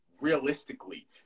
realistically